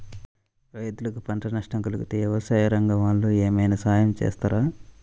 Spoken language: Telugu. రైతులకు పంట నష్టం కలిగితే వ్యవసాయ రంగం వాళ్ళు ఏమైనా సహాయం చేస్తారా?